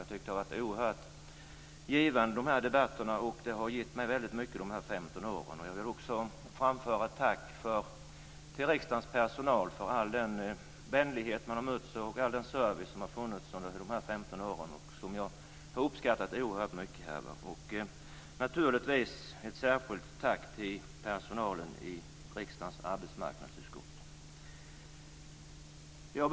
Jag har tyckt att de här debatterna har varit oerhört givande och de här 15 åren har gett mig väldigt mycket. Jag vill också framföra ett tack till riksdagens personal för all den vänlighet man har mötts av och all den service som har funnits under de här 15 åren. Det har jag uppskattat oerhört mycket. Naturligtvis ett särskilt tack till personalen i riksdagens arbetsmarknadsutskott.